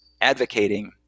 advocating